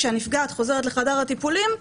כשהנפגעת חוזרת לחדר הטיפולים,